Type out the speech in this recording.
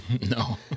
No